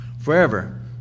forever